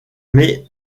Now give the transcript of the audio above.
mais